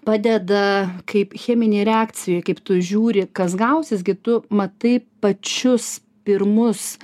padeda kaip cheminėj reakcijoj kaip tu žiūri kas gausis tu matai pačius pirmus